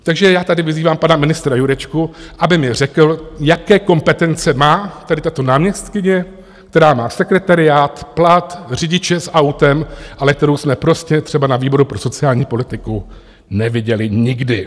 Takže já tady vyzývám pana ministra Jurečku, aby mi řekl, jaké kompetence má tato náměstkyně, která má sekretariát, plat, řidiče s autem, ale kterou jsme prostě třeba na výboru pro sociální politiku neviděli nikdy.